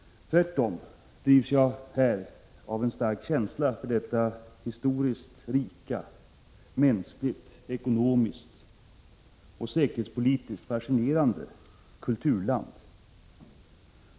Tvärtom drivs jag här av en stark känsla för detta historiskt rika, mänskligt, ekonomiskt och säkerhetspolitiskt fascinerande kulturlanc.